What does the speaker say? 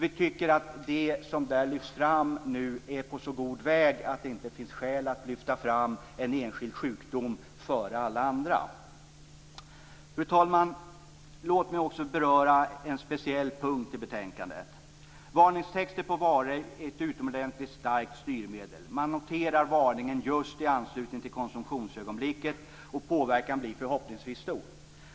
Vi tycker att man i och med det som där lyfts fram är på så god väg att det inte finns skäl att lyfta fram en enskild sjukdom framför alla andra. Fru talman! Låt mig också beröra en speciell punkt i betänkandet! Varningstexter på varor är ett utomordentligt starkt styrmedel. Man noterar varningen just i anslutning till konsumtionsögonblicket, och påverkan blir förhoppningsvis stor.